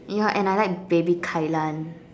ya and I like baby Kai-lan